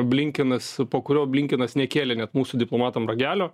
blinkinas po kurio blinkinas nekėlė net mūsų diplomatam ragelio